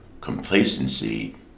Complacency